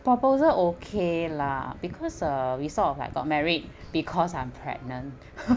proposal okay lah because uh we sort of like got married because I'm pregnant